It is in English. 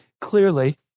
Clearly